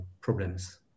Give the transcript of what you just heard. problems